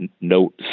Note